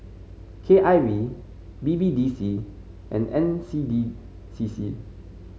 K I V B B D C and N C D C C